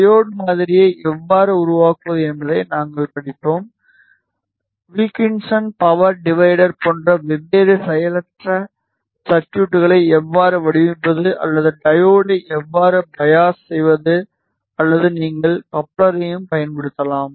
diode மாதிரியை எவ்வாறு உருவாக்குவது என்பதை நாங்கள் படித்தோம் வில்கின்சன் பவர் டிவைடர் போன்ற வெவ்வேறு செயலற்ற சர்குய்ட்களை எவ்வாறு வடிவமைப்பது அல்லது டையோட்டை எவ்வாறு பையாஸ் செய்வது அல்லது நீங்கள் கப்ளரையும் பயன்படுத்தலாம்